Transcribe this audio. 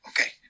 Okay